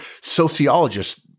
sociologists